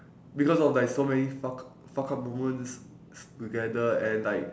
because of like so many fuck fuck up moments s~ together and like